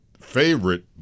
favorite